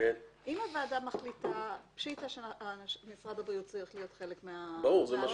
הוועדה מחליטה, משרד הבריאות צריך להיות חלק ממנה.